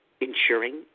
ensuring